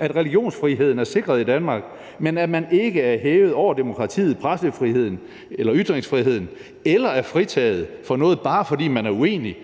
at religionsfriheden er sikret i Danmark, men at man ikke er hævet over demokratiet, pressefriheden eller ytringsfriheden eller er fritaget for noget, bare fordi man er uenig